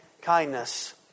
kindness